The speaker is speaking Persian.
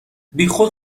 بیخود